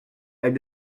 elle